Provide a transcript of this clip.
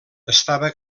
estava